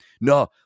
no